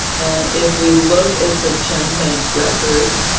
and if we look at the genbank record